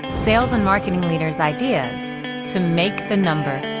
sales and marketing leaders ideas to make the number.